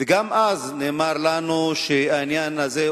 וגם אז נאמר לנו שהעניין הזה,